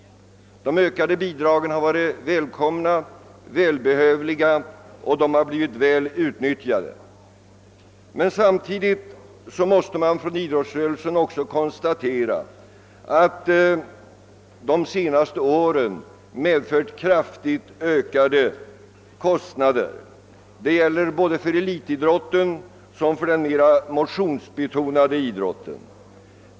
De ökade bidragen har varit välkomna och välbehövliga och de har blivit väl utnyttjade. Samtidigt måste dock idrottsrörelsen konstatera att de senaste åren medfört kraftigt ökade kostnader. Detta gäller såväl elitidrotten som den mera motionsbetonade idrotten.